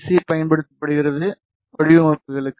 C பயன்படுத்தப்படுகிறது வடிவமைப்புகளுக்கு